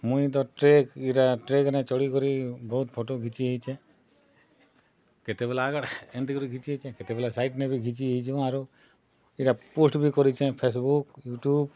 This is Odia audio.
ମୁଇଁ ତ ଟ୍ରେକ୍ ଇରା ଟ୍ରେକ୍ ନେ ଚଢ଼ି କରି ବହୁତ୍ ଫଟୋ ଘିଚି ହେଇଚେଁ କେତେବେଲେ ଆଗ୍ ଏମତି କରି ଘିଚି ହେଇ ଚେଁ କେତେବେଲେ ସାଇଡ଼୍ ନେ ବି ଘିଚି ହେଇଚୁଁ ଆର୍ ଏଟା ପୋଷ୍ଟ୍ ବି କରିଚେଁ ଫେସବୁକ୍ ୟୁଟ୍ୟୁବ୍